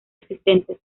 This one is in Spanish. existentes